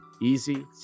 easy